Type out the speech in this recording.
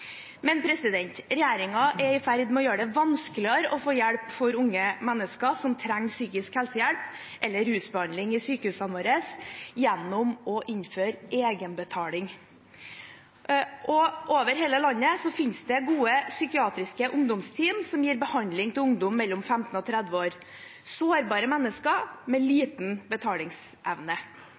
Men regjeringen er i ferd med å gjøre det vanskeligere for unge mennesker som trenger psykisk helsehjelp eller rusbehandling, å få hjelp i sykehusene våre gjennom å innføre egenbetaling. Over hele landet finnes det gode psykiatriske ungdomsteam som gir behandling til ungdom mellom 15 og 30 år, sårbare mennesker med liten betalingsevne.